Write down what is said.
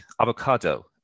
Avocado